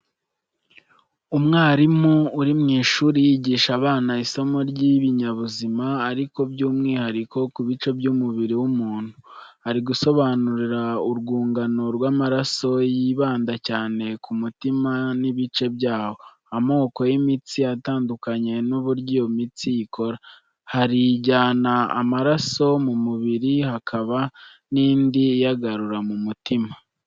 Umwarimu uri mu ishuri yigisha abana isomo ry'ibinyabuzima ariko by'umwihariko ku bice by'umubiri w'umuntu. Ari gusobanura urwungano rw'amaraso yibanda cyane k'umutima n'ibice byawo, amoko y'imitsi atandukanye n'uburyo iyo mitsi ikora. Hari ijyana amaraso mu mubiri hakaba n'indi iyagarura mu mutima.